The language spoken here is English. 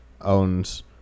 owns